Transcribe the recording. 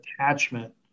attachment